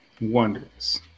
wonders